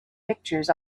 pictures